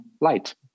light